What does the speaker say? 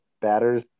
batters